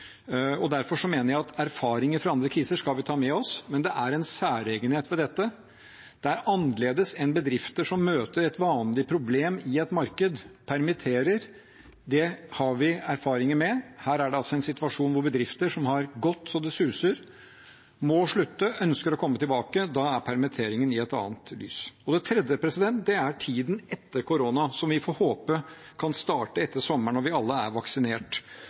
Derfor mener jeg at vi skal ta med oss erfaringer fra andre kriser, men det er en særegenhet ved dette. Det er annerledes enn når bedrifter møter et vanlig problem i et marked og permitterer. Det har vi erfaringer med. Her er det altså en situasjon der bedrifter som har gått så det suser, må slutte og ønsker å komme tilbake. Da er permitteringen i et annet lys. Det tredje er tiden etter korona, som vi får håpe kan starte etter sommeren, når vi alle er vaksinert.